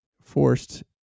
forced